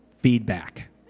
feedback